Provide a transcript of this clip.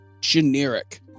generic